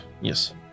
Yes